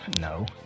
No